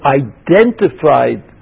identified